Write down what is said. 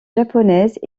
japonaises